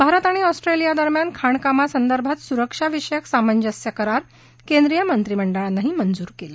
भारत आणि ऑस्ट्रेलियादरम्यान खाणकामासंदर्भात सुरक्षा विषयक सामंजस्य करार केंद्रिय मंत्रिमंडळानं मंजूर केला